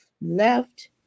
left